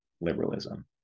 liberalism